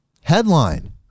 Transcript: headline